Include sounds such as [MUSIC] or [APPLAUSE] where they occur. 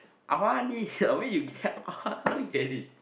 I want this oh where you get [LAUGHS] I want to get it